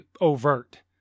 overt